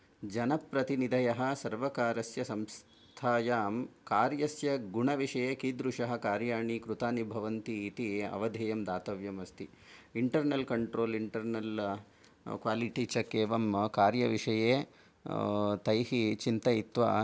जनप्रतिनिधयः सर्वकारस्य संस्थायां कार्यस्य गुणविषये कीदृशः कार्याणि कृतानि भवन्ति इति अवधेयं दातव्यमस्ति internal control internal quality check एवं कार्य विषये तैः चिन्तयित्त्वा